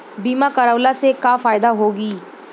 बीमा करवला से का फायदा होयी?